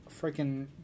freaking